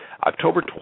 October